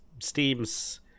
Steam's